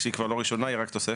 שהיא כבר לא ראשונה, היא רק תוספת.